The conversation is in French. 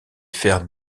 faire